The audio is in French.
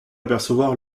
apercevoir